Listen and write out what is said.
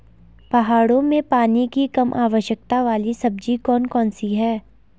पहाड़ों में पानी की कम आवश्यकता वाली सब्जी कौन कौन सी हैं?